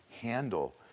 handle